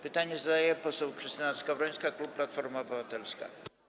Pytanie zadaje poseł Krystyna Skowrońska, klub Platforma Obywatelska.